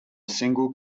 single